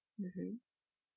mmhmm